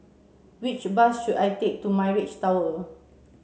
which bus should I take to Mirage Tower